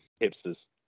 Hipsters